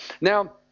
Now